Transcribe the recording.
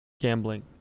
gambling